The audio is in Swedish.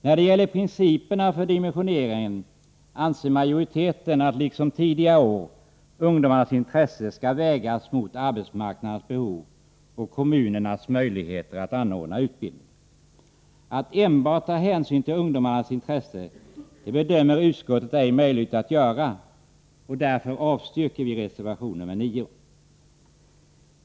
När det gäller principerna för dimensioneringen anser majoriteten att, liksom tidigare år, ungdomarnas intresse skall vägas mot arbetsmarknadens behov och kommunernas möjligheter att anordna utbildning. Att enbart ta hänsyn till ungdomarnas intresse bedömer utskottet ej vara möjligt att göra, och därför avstyrker jag reservation nr 9.